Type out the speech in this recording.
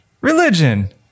Religion